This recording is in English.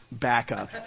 backup